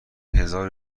هزارو